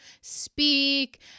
speak